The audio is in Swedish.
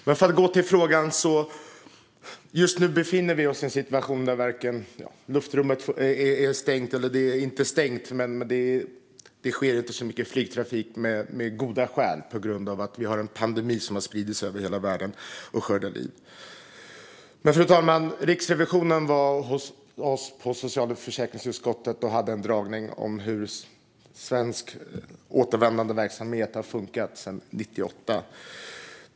Just nu befinner vi oss i en situation där luftrummet är stängt. Eller det är inte stängt, men det sker inte mycket flygtrafik, eftersom vi har en pandemi över hela världen som skördar liv. Men, fru talman, Riksrevisionen hade en dragning hos oss i socialförsäkringsutskottet om hur svensk återvändandeverksamhet har funkat sedan 98.